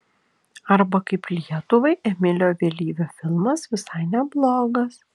arba kaip lietuvai emilio vėlyvio filmas visai neblogas